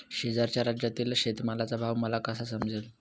शेजारच्या राज्यातील शेतमालाचा भाव मला कसा समजेल?